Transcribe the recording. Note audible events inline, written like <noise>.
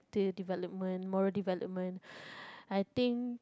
development moral development <breath> I think